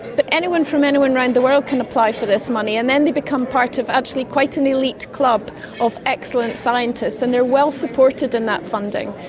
but anyone from anywhere around the world can apply for this money and then they become part of actually quite an elite club of excellent scientists and they are well supported in that funding.